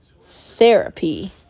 Therapy